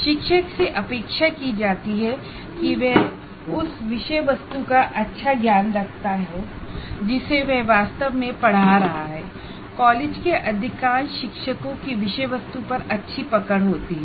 शिक्षक से अपेक्षा की जाती है कि वह उस विषय वस्तु का अच्छा ज्ञान रखता है जिसे वह वास्तव में पढ़ा रहा है कॉलेज के अधिकांश शिक्षकों की विषय वस्तु पर अच्छी पकड़ होती है